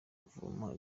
kuvoma